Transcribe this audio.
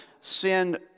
sin